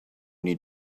need